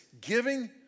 giving